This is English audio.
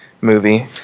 movie